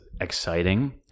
exciting